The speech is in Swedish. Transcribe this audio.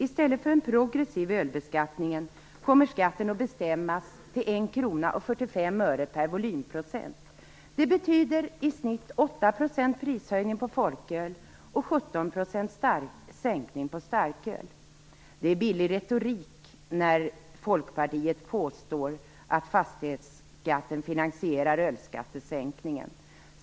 I stället för en progressiv ölbeskattning kommer skatten att bestämmas till 1 kr 45 öre per volymprocent. Det betyder i snitt 8 % prishöjning på folköl och 17 % prissänkning på starköl. Det är billig retorik när Folkpartiet påstår att fastighetsskatten finansierar ölskattesänkningen.